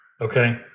Okay